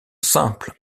simple